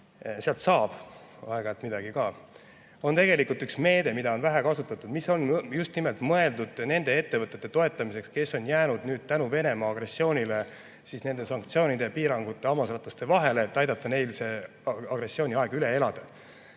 sealt saab aeg-ajalt midagi ka – on tegelikult üks meede, mida on vähe kasutatud, aga mis on just nimelt mõeldud nende ettevõtete toetamiseks, kes on jäänud Venemaa agressiooni tõttu nende sanktsioonide ja piirangute hammasrataste vahele. Tuleb aidata neil see agressiooniaeg üle elada.